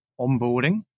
onboarding